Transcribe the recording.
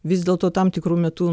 vis dėlto tam tikru metu